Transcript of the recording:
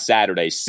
Saturday